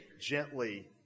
gently